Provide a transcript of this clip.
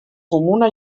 comuna